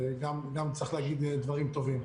צריך להגיד גם דברים טובים.